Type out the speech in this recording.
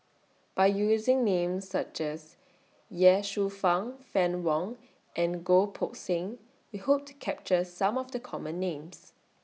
By using Names such as Ye Shufang Fann Wong and Goh Poh Seng We Hope to capture Some of The Common Names